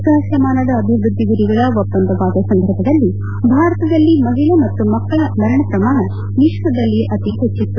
ಸಹಸ್ರಮಾನದ ಅಭಿವೃದ್ದಿ ಗುರಿಗಳ ಒಪ್ಪಂದವಾದ ಸಂದರ್ಭದಲ್ಲಿ ಭಾರತದಲ್ಲಿ ಮಹಿಳಿ ಮತ್ತು ಮಕ್ಕಳ ಮರಣ ಪ್ರಮಾಣ ವಿಶ್ವದಲ್ಲೇ ಅತಿ ಹೆಚ್ಚಿತ್ತು